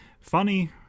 funny